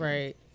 Right